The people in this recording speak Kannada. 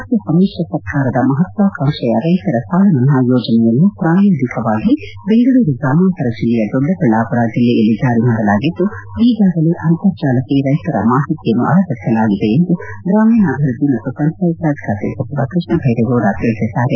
ರಾಜ್ಯ ಸಮಿಶ್ರ ಸರ್ಕಾರದ ಮಪತ್ನಾಕಾಂಕ್ಷೆಯ ರೈತರ ಸಾಲಮನ್ನಾ ಯೋಜನೆಯನ್ನು ಪ್ರಾಯೋಗಿಕವಾಗಿ ಬೆಂಗಳೂರು ಗ್ರಾಮಾಂತರ ಬಿಲ್ಲೆಯ ದೊಡ್ಡಬಳ್ಳಾಪುರ ಜಲ್ಲೆಯಲ್ಲಿ ಜಾರಿ ಮಾಡಲಾಗಿದ್ದು ಈಗಾಗಲೇ ಅಂತರ್ಜಾಲಕ್ಷೆ ರೈತರ ಮಾಹಿತಿಯನ್ನು ಅಳವಡಿಸಲಾಗಿದೆ ಎಂದು ಗ್ರಾಮೀಣಾಭಿವೃದ್ದಿ ಮತ್ತು ಪಂಚಾಯತ್ ರಾಜ್ ಸಚಿವ ಕೃಷ್ಣಬ್ವೆರೇಗೌಡ ತಿಳಿಸಿದ್ದಾರೆ